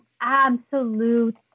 absolute